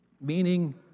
Meaning